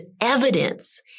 evidence